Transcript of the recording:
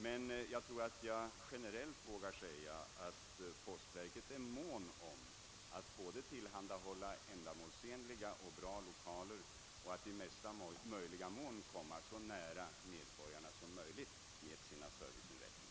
Men jag tror att jag generellt vågar säga, att man inom postverket är mån om att både tillhandahålla ändamålsenliga och bra lokaler och att komma så nära medborgarna som möjligt med sina serviceinrättningar.